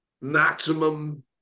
maximum